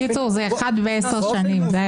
בקיצור זה אחד בעשר שנים.